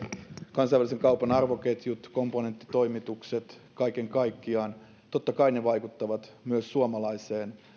kansainvälisen kaupan arvoketjut komponenttitoimitukset kaiken kaikkiaan vaikuttavat totta kai myös suomalaiseen